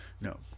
no